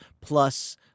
plus